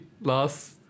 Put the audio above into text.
last